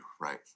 Right